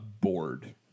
Bored